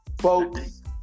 Folks